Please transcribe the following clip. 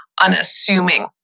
unassuming